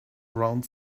around